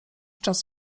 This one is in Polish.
czas